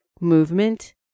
movement